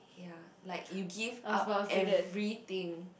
ya like you give up everything